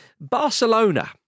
Barcelona